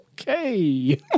Okay